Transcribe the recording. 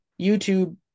YouTube